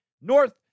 North